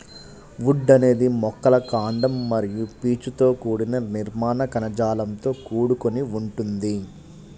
would అనేది మొక్కల కాండం మరియు పీచుతో కూడిన నిర్మాణ కణజాలంతో కూడుకొని ఉంటుంది